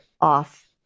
off